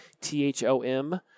T-H-O-M